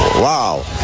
Wow